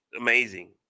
amazing